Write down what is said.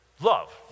Love